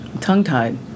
tongue-tied